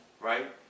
right